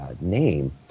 name